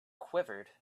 quivered